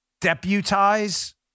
deputize